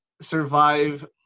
survive